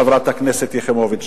חברת הכנסת יחימוביץ?